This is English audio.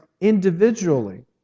individually